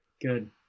good